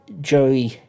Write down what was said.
Joey